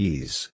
Ease